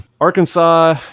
Arkansas